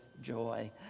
joy